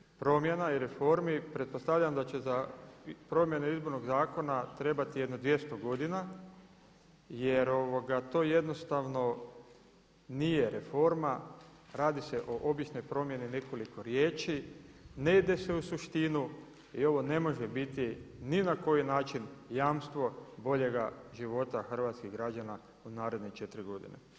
Takvom brzinom promjena i reformi pretpostavljam da će za promjene izbornog zakona trebati jedno 200 godina jer to jednostavno nije reforma radi se o običnoj promjeni nekoliko riječi, ne ide se u suštinu i ovo ne može biti ni na koji način jamstvo boljega života hrvatskih građana u naredne četiri godine.